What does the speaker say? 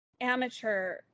amateur